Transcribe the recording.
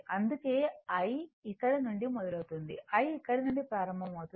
అందుకే I ఇక్కడ నుండి మొదలవుతుంది I ఇక్కడ నుండి ప్రారంభమవుతుంది